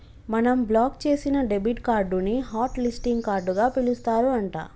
మనం బ్లాక్ చేసిన debit card ని హట్ లిస్టింగ్ కార్డుగా పిలుస్తారు అంట